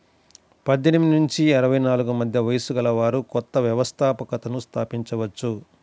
పద్దెనిమిది నుంచి అరవై నాలుగు మధ్య వయస్సు గలవారు కొత్త వ్యవస్థాపకతను స్థాపించవచ్చు